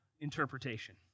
interpretation